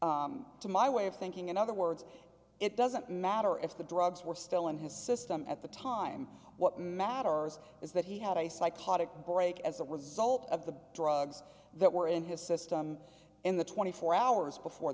system to my way of thinking in other words it doesn't matter if the drugs were still in his system at the time what matters is that he had a psychotic break as a result of the drugs that were in his system in the twenty four hours before